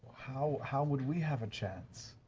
how how would we have a chance?